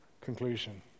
conclusion